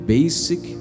Basic